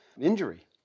injury